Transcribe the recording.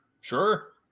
Sure